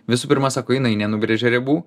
visų pirma sako jinai nenubrėžia ribų